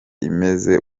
imeze